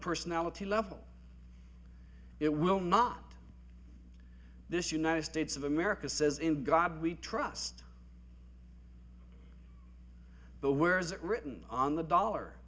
personality level it will not this united states of america says in god we trust but where is it written on the dollar